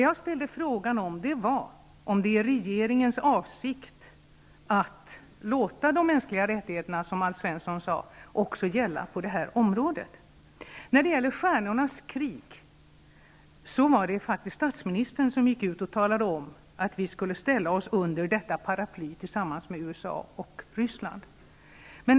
Jag frågade nu om det är regeringens avsikt att, som Alf Svensson sade, låta de mänskliga rättigheterna gälla även på detta område. I fråga om Stjärnornas krig var det faktiskt statsministern som gick ut och sade att vi skulle ställa oss under detta paraply tillsammans med USA och Ryssland.